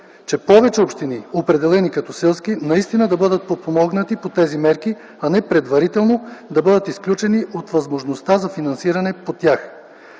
че повече общини, определени като селски, наистина да бъдат подпомогнати по тези мерки, а не предварително да бъдат изключени от възможността за финансиране по тях?